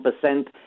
percent